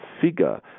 figure